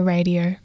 Radio